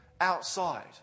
outside